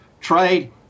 Trade